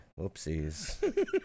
Whoopsies